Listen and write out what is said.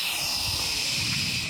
ששש.